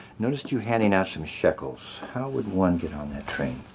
noticed you handing out some shekels. how would one get on that train?